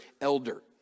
elder